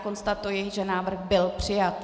Konstatuji, že návrh byl přijat.